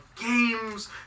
games